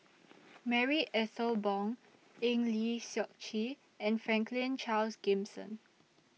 Marie Ethel Bong Eng Lee Seok Chee and Franklin Charles Gimson